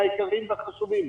היקרים והחשובים.